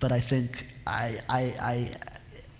but i think i